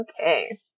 Okay